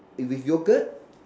if with yogurt